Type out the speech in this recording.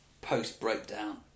post-breakdown